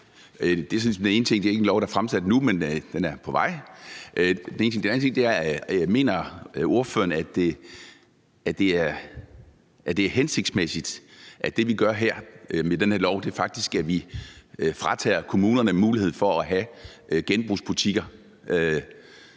det er på vej. Det var den ene ting. Den anden ting er: Mener ordføreren, at det er hensigtsmæssigt, at det, vi gør med det her lovforslag, faktisk er, at vi fratager kommunerne mulighed for at have genbrugsbutikker,